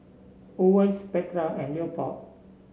Owens Petra and Leopold